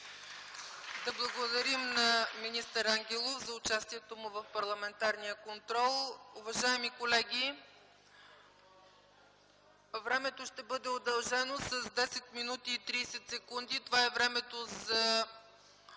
Да благодарим на министър Ангелов за участието му в парламентарния контрол. Уважаеми колеги, времето ще бъде удължено с 10 минути и 30 секунди. Това е времето за